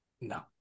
no